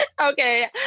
okay